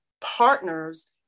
partners